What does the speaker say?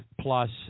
plus